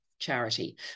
charity